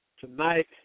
tonight